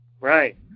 Right